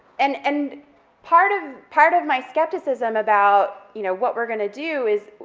and and part of part of my skepticism about, you know, what we're going to do is,